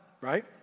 right